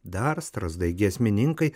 dar strazdai giesmininkai